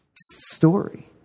story